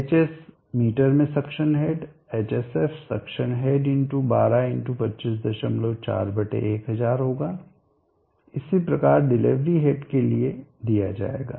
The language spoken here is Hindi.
hs मीटर में suction head hsf suction head x 12 × 254 1000 होगा इसी प्रकार डिलीवरी हेड के लिए दिया जाएगा